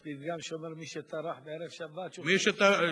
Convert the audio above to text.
יש פתגם שאומר: מי שטרח בערב שבת, יאכל בשבת.